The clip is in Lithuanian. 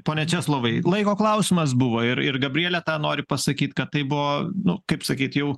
pone česlovai laiko klausimas buvo ir ir gabrielė tą nori pasakyt kad tai buvo nu kaip sakyt jau